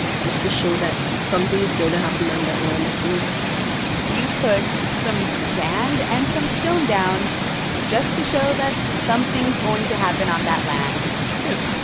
just to show that something is going to happen on that land soon you put some sand and some stone down just to show that something's going to happen on that land soon,